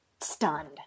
stunned